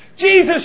Jesus